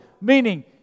meaning